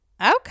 Okay